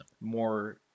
more